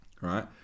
right